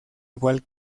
igual